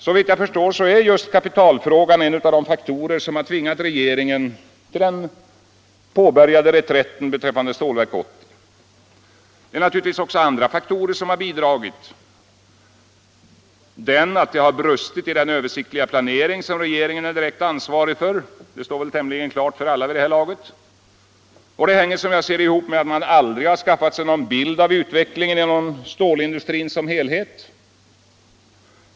Såvitt jag förstår är just kapitalfrågan en av de faktorer som har tvingat regeringen till den påbörjade reträtten beträffande Stålverk 80. Det är naturligtvis också andra faktorer som har bidragit. Att det brustit i den översiktliga planering som regeringen är direkt ansvarig för står väl tämligen klart för alla vid det här laget. Det hänger, som jag ser det, ihop med att man aldrig skaffat sig någon bild av utvecklingen inom stålindustrin som helhet.